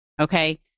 Okay